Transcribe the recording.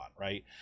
right